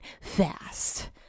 fast